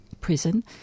prison